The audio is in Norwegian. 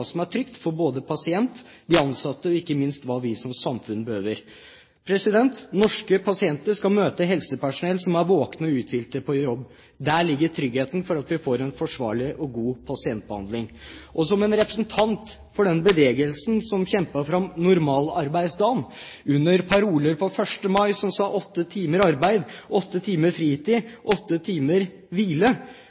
som er trygt for både pasientene og de ansatte, og ikke minst hva vi som samfunn behøver. Norske pasienter skal møte helsepersonell som er våkne og uthvilte på jobb. Der ligger tryggheten for at vi får en forsvarlig og god pasientbehandling. Som en representant for den bevegelsen som kjempet fram normalarbeidsdagen på 1. mai under parolen åtte timer arbeid, åtte timer fritid og åtte timer hvile,